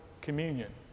Communion